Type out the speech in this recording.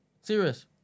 Serious